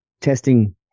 testing